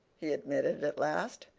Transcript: he admitted at last,